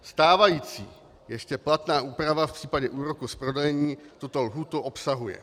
Stávající ještě platná úprava v případě úroků z prodlení tuto lhůtu obsahuje.